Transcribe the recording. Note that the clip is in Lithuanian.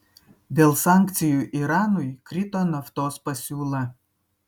dėl sankcijų iranui krito naftos pasiūla